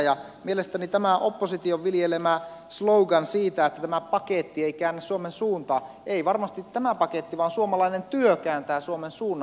ja mielestäni tämä opposition viljelemä slogan siitä että tämä paketti ei käännä suomen suuntaa ei varmasti tämä paketti vaan suomalainen työ kääntää suomen suunnan